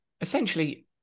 essentially